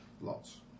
Lots